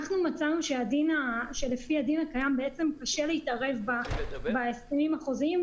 אנחנו מצאנו שלפי הדין הקיים קשה להתערב בהסכמים החוזיים,